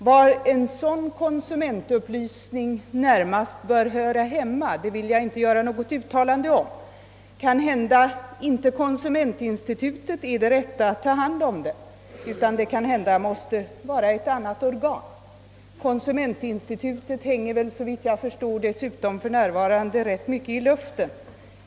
Var en sådan konsumentupplysning närmast hör hemma vill jag inte uttala mig om. Konsumentinstitutet är kanhända inte det rätta organet att ta hand om saken, utan det bör kanske läggas på något annat organ. Konsumentinstitutet hänger dessutom, såvitt jag förstår, för närvarande rätt mycket i luften.